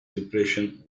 depression